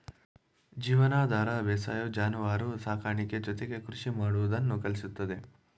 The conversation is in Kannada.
ಜೀವನಾಧಾರ ಬೇಸಾಯವು ಜಾನುವಾರು ಸಾಕಾಣಿಕೆ ಜೊತೆಗೆ ಕೃಷಿ ಮಾಡುವುದನ್ನು ಕಲಿಸುತ್ತದೆ